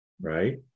right